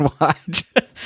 watch